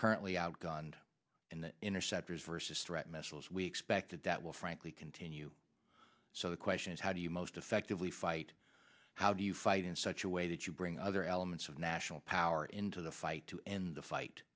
currently outgunned in the interceptors versus threat missiles we expected that will frankly continue so the question is how do you most effectively fight how do you fight in such a way that you bring other elements of national power into the fight to end the fight